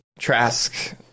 Trask